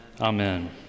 amen